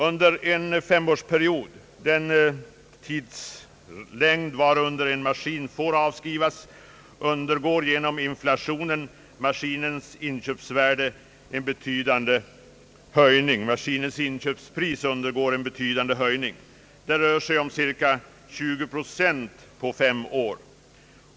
Under en femårsperiod — den tidslängd varunder en maskin får avskrivas — undergår genom inflationen maskinens inköpspris en betydande höjning. Det rör sig om cirka 20 procent på fem år.